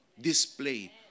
display